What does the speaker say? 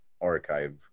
archive